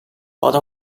bought